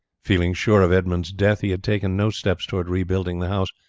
feeling sure of edmund's death he had taken no steps towards rebuilding the house,